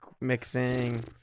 mixing